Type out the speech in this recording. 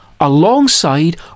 alongside